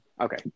Okay